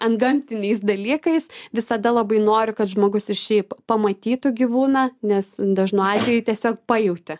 antgamtiniais dalykais visada labai nori kad žmogus ir šiaip pamatytų gyvūną nes dažnu atveju tiesiog pajauti